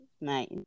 Nice